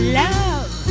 love